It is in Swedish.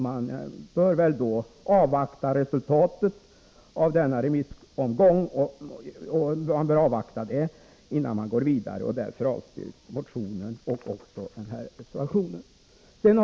Man bör väl då avvakta resultatet innan man går vidare. Därför avstyrks motionen och reservationen.